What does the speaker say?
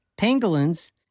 pangolins